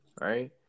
right